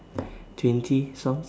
twenty songs